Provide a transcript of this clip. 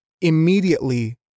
immediately